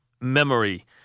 memory